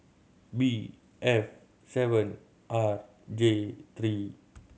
B F seven R J three